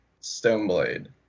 Stoneblade